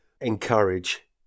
encourage